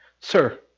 Sir